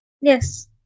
Yes